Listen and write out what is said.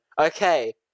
Okay